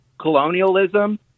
colonialism